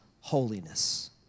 holiness